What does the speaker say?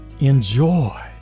enjoy